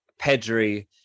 Pedri